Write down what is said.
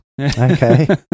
Okay